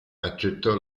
accettò